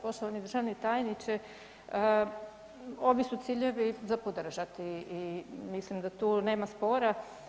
Poštovani državni tajniče, ovi su ciljevi za podržati i mislim da tu nema spora.